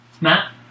Matt